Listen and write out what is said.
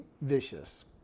vicious